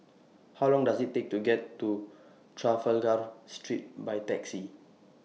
How Long Does IT Take to get to Trafalgar Street By Taxi